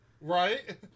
right